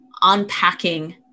unpacking